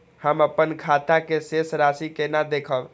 हम अपन खाता के शेष राशि केना देखब?